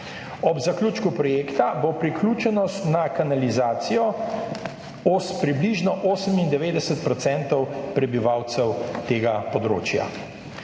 Ob zaključku projekta bo priključenost na kanalizacijo približno 98 % prebivalcev tega področja.